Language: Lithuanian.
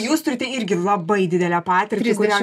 jūs turite irgi labai didelę patirtį kurią